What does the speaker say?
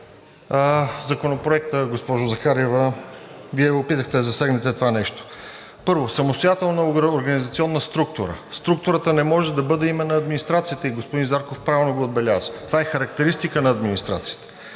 Законопроекта, госпожо Захариева? Вие се опитахте да засегнете това нещо. Първо, самостоятелна организационна структура. Структурата не може да бъде име на администрацията и господин Зарков правилно го отбеляза – това е характеристика на администрацията.